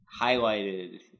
highlighted